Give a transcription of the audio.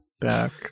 back